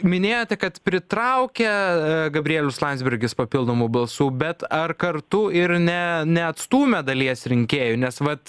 minėjote kad pritraukė gabrielius landsbergis papildomų balsų bet ar kartu ir ne neatstūmė dalies rinkėjų nes vat